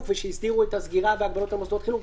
ושהסדירו את הסגירה והגבלות על מוסדות חינוך,